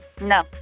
No